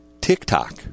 TikTok